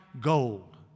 gold